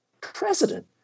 president